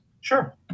Sure